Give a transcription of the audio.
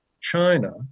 China